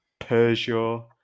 Peugeot